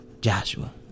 Joshua